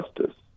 justice